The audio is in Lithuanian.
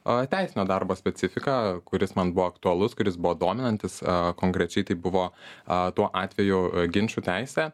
teisinio darbo specifika kuris man buvo aktualus kuris buvo dominantis o konkrečiai tai buvo tuo atveju ginčų teisę